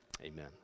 amen